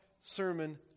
sermon